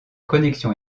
connexion